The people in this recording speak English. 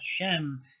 Hashem